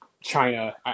China